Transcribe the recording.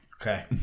Okay